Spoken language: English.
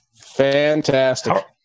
Fantastic